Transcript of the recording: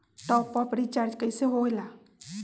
Top up recharge कइसे होएला?